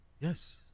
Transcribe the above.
Yes